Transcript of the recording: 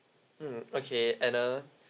mm okay and uh